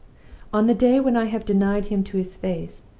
on the day when i have denied him to his face,